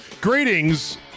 Greetings